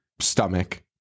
stomach